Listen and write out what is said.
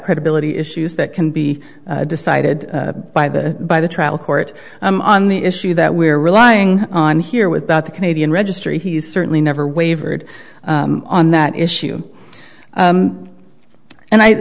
credibility issues that can be decided by the by the trial court on the issue that we are relying on here without the canadian registry he's certainly never wavered on that issue and i